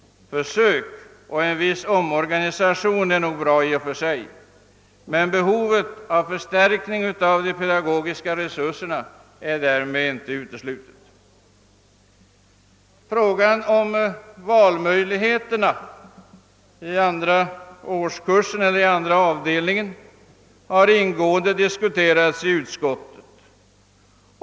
Försök och en viss omorganisation är nog bra i och för sig, men behovet av förstärkning av de pedagogiska resurserna är därmed inte uteslutet. Frågan om valmöjligheterna i andra avdelningen har ingående diskuterats i utskottet.